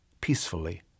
peacefully